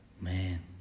man